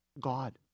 God